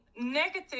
negative